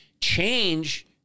change